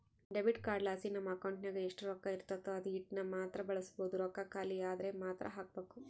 debit ಕಾರ್ಡ್ಲಾಸಿ ನಮ್ ಅಕೌಂಟಿನಾಗ ಎಷ್ಟು ರೊಕ್ಕ ಇರ್ತತೋ ಅದೀಟನ್ನಮಾತ್ರ ಬಳಸ್ಬೋದು, ರೊಕ್ಕ ಖಾಲಿ ಆದ್ರ ಮಾತ್ತೆ ಹಾಕ್ಬಕು